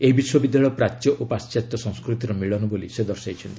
ଏହି ବିଶ୍ୱବିଦ୍ୟାଳୟ ପ୍ରାଚ୍ୟ ଓ ପାଶ୍ଚାତ୍ୟ ସଂସ୍କୃତିର ମିଳନ ବୋଲି ସେ ଦର୍ଶାଇଛନ୍ତି